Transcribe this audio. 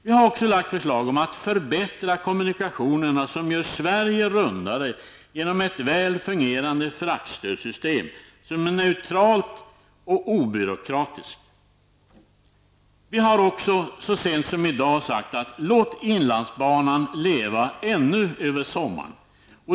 Vi har också lagt fram förslag om en förbättring av kommunikationerna så att Sverige så att säga blir rundare. Detta bör ske genom inrättandet av ett väl fungerande fraktstödssystem, som är neutralt och obyråkratiskt. Vi har så sent som i dag sagt att vi bör låta inlandsbanan leva över sommaren.